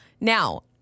Now